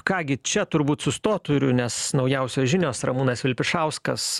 ką gi čia turbūt sustot turiu ir nes naujausios žinios ramūnas vilpišauskas